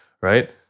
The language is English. right